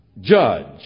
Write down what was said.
judge